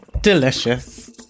Delicious